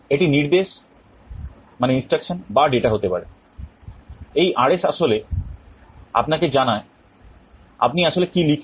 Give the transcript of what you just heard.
এটি নির্দেশ বা ডেটা হতে পারে এই RS আসলে আপনাকে জানায় আপনি আসলে কী লিখছেন